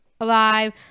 alive